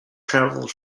travelled